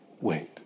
wait